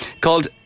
called